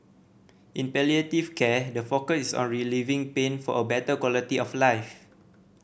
in palliative care the focus is on relieving pain for a better quality of life